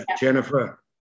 Jennifer